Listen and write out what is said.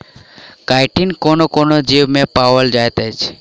chitin कोनो कोनो जीवमे पाओल जाइत अछि